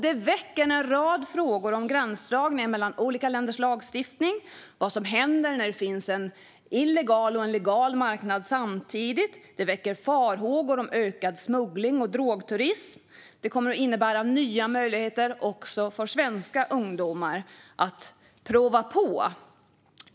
Det väcker en rad frågor om gränsdragningar mellan olika länders lagstiftning och om vad som händer när det finns en illegal och en legal marknad samtidigt. Det väcker farhågor om ökad smuggling och drogturism. Det kommer att innebära nya möjligheter också för svenska ungdomar att prova på.